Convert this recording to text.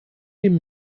dem